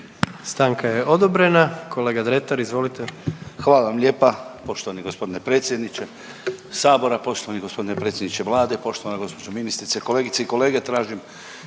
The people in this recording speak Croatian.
Stranka je odobrena. Kolega Dretar izvolite. **Dretar, Davor (DP)** Hvala vam lijepa. Poštovani g. predsjedniče Sabora, poštovani g. predsjedniče Vlade, poštovana gospođo ministrice, kolegice i kolege. Tražim